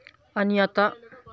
आणि आता